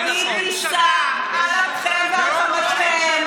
היא תיסע על אפכם ועל חמתכם,